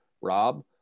Rob